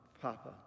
Papa